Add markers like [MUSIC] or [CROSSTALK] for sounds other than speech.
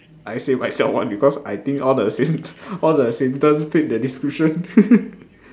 I say myself one because I think all the symp~ all the symptoms fit the description [LAUGHS]